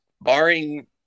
barring